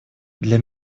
для